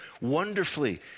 wonderfully